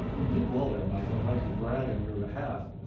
well you did well there, mike, and if i can brag on your behalf,